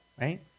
right